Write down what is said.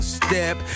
step